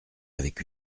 avec